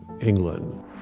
england